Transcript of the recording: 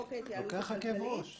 בהסכם כתוב 25 פלוס אחד.